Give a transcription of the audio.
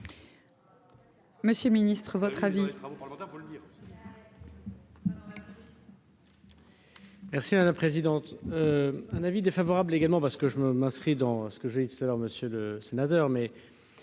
Monsieur le Ministre votre avis.